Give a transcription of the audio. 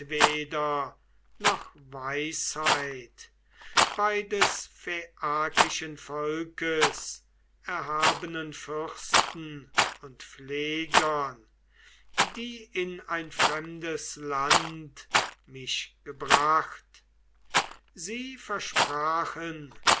weder noch weisheit bei des phaiakischen volkes erhabenen fürsten und pflegern die in ein fremdes land mich gebracht sie versprachen